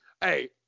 hey